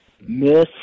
miss